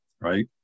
right